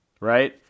Right